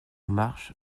marche